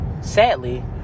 sadly